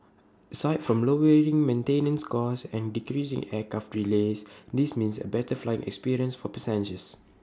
aside from lowering maintenance costs and decreasing aircraft delays this means A better flying experience for passengers